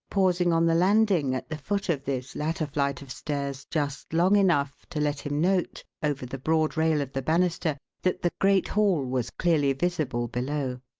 pausing on the landing at the foot of this latter flight of stairs just long enough to let him note, over the broad rail of the banister, that the great hall was clearly visible below.